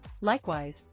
Likewise